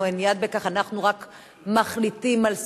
לנו אין יד בכך, אנחנו רק מחליטים על סדר-היום.